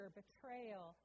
betrayal